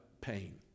pain